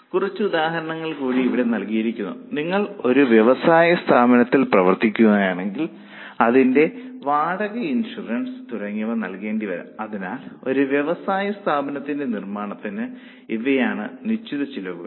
കുറച്ച് ഉദാഹരണങ്ങൾ കൂടി ഇവിടെ നൽകിയിരിക്കുന്നു നിങ്ങൾ ഒരു വ്യവസായ സ്ഥാപനം പ്രവർത്തിക്കുകയാണെങ്കിൽ അതിന്റെ വാടക ഇൻഷുറൻസ് തുടങ്ങിയവ നൽകേണ്ടി വന്നേക്കാം അതിനാൽ ഒരു വ്യവസായ സ്ഥാപനത്തിന്റെ നിർമ്മാണത്തിന് ഇവയാണ് നിശ്ചിത ചെലവുകൾ